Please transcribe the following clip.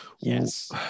yes